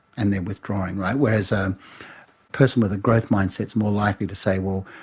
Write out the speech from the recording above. and they're withdrawing. whereas a person with a growth mindset is more likely to say, well,